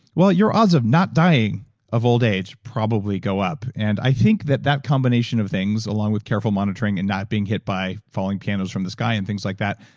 your odds of not dying of old age probably go up. and i think that that combination of things, along with careful monitoring and not being hit by falling pianos from the sky and things like that,